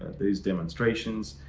these demonstrations.